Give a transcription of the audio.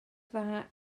dda